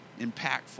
impactful